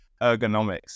ergonomics